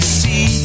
see